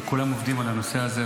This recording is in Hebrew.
כי כולם עובדים על הנושא הזה.